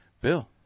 Bill